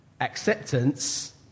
acceptance